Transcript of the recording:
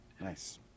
Nice